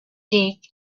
dig